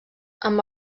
amb